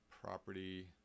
property